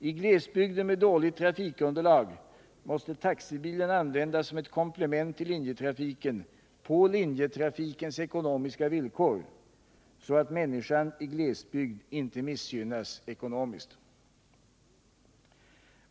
I glesbygder med dåligt trafikunderlag måste taxibilen användas som ett komplement till linjetrafiken på linjetrafikens ekonomiska villkor, så att människan i glesbygd inte missgynnas ekonomiskt.